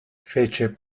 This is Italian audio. fece